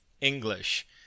English